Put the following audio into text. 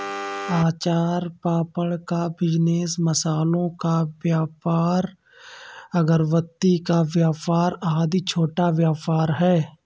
अचार पापड़ का बिजनेस, मसालों का व्यापार, अगरबत्ती का व्यापार आदि छोटा व्यापार है